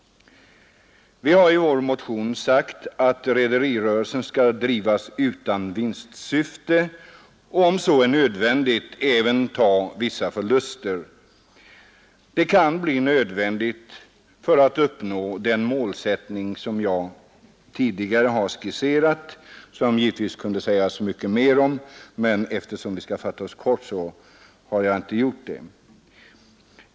Vi har i vår motion sagt att rederirörelsen skall drivas utan vinstsyfte och, om så är nödvändigt, även ta vissa förluster. Det kan bli nödvändigt för att uppnå den målsättning som jag tidigare har skisserat. Den kunde det givetvis sägas mycket mer om, men eftersom vi skall fatta oss kort skall jag inte göra det.